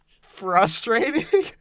frustrating